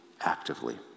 actively